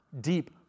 Deep